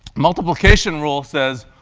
multiplication rule says